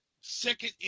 second